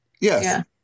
Yes